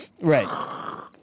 Right